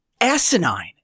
asinine